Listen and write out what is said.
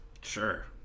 Sure